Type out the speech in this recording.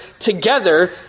together